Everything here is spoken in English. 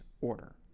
order